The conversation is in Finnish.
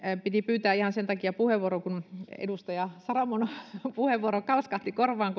piti pyytää ihan sen takia puheenvuoro kun edustaja saramon puheenvuoro kalskahti korvaan